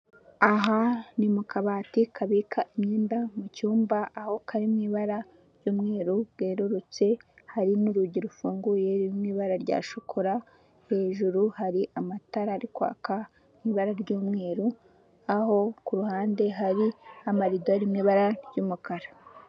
Aha ni mu kabati kabika imyenda mu cyumba, aho kari mu ibara ry'umweru bwerurutse, hari n'urugi rufunguye ruri mu ibara rya shokora, hejuru hari amatara ari kwaka mu ibara ry'umweru, aho ku ruhande hari amarido ari mu ibara ry'umukara.